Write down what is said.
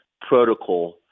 protocol